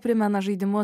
primena žaidimu